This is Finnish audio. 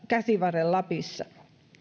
käsivarren lapissa